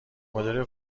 مدل